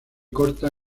corta